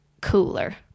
cooler